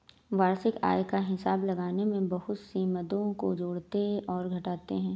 वार्षिक आय का हिसाब लगाने में बहुत सी मदों को जोड़ते और घटाते है